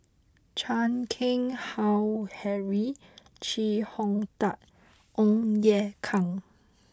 Chan Keng Howe Harry Chee Hong Tat and Ong Ye Kung